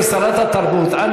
כתב בטלוויזיה זה לא מספיק,